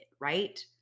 right